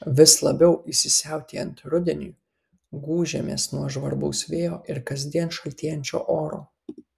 vis labiau įsisiautėjant rudeniui gūžiamės nuo žvarbaus vėjo ir kasdien šaltėjančio oro